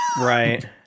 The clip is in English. right